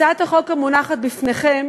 הצעת החוק המונחת בפניכם